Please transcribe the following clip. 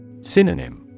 Synonym